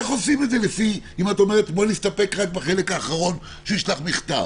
איך עושים את זה אם את אומרת: בוא נסתפק רק בחלק האחרון שישלח מכתב.